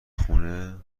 خونه